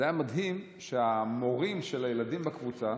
זה היה מדהים שהמורים של הילדים בקבוצה,